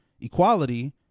equality